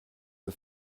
the